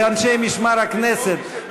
ואנשי משמר הכנסת,